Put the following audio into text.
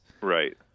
Right